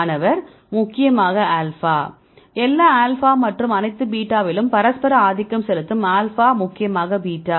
மாணவர் முக்கியமாக ஆல்பா எல்லா ஆல்பா மற்றும் அனைத்து பீட்டாவிலும் பரஸ்பர ஆதிக்கம் செலுத்தும் ஆல்பா முக்கியமாக பீட்டா